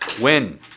Win